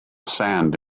sand